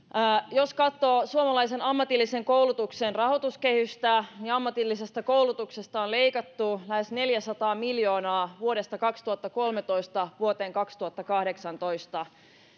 jos katsoo suomalaisen ammatillisen koulutuksen rahoituskehystä niin ammatillisesta koulutuksesta on leikattu lähes neljäsataa miljoonaa vuodesta kaksituhattakolmetoista vuoteen kaksituhattakahdeksantoista